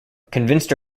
convinced